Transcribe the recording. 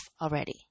already